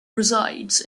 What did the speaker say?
resides